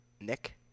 Nick